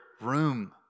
room